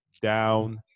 down